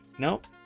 Nope